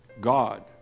God